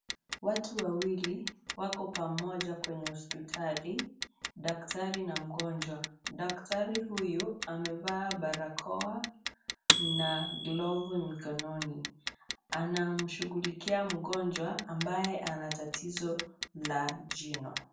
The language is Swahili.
Watu wawili wako pamoja kwenye hospitali daktari na mgonjwa , daktari huyu amevaa barakoa na glafu mkononi anamshughulikia mgonjwa ambaye ana tatizo la jino.